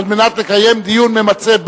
כדי לקיים דיון ממצה בה,